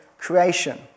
creation